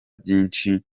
byinshi